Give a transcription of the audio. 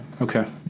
Okay